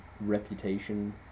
reputation